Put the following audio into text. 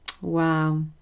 Wow